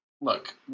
Look